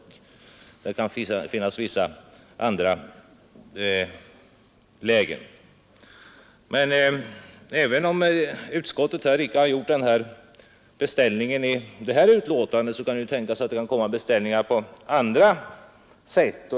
Men även om utskottet icke har gjort någon beställning i det här betänkandet, kan det tänkas komma beställningar på andra sätt.